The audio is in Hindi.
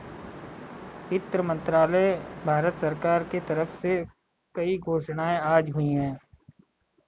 वित्त मंत्रालय, भारत सरकार के तरफ से कई घोषणाएँ आज हुई है